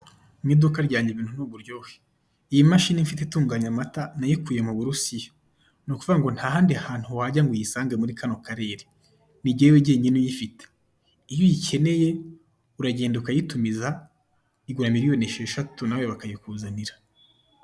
Mu iduka ryanjye ibintu ni uburyohe. Iyi mashini mfite itunganya amata, nayikuye mu Burusiya. Ni ukuvuga ngo nta handi hantu wajya ngo uyisange muri kano Karere; ni njyewe njyenyine uyifite. Iyo uyikeneye uragenda ukayitumiza, igura miriyoni esheshatu, nawe bakayikuzanira.